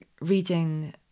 reading